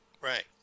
Right